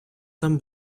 там